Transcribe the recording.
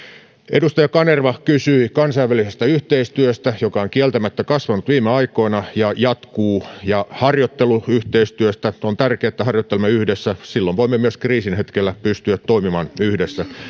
edustaja kanerva kysyi kansainvälisestä yhteistyöstä joka on kieltämättä kasvanut viime aikoina ja jatkuu ja harjoitteluyhteistyöstä on tärkeää että harjoittelemme yhdessä silloin voimme myös kriisin hetkellä pystyä toimimaan yhdessä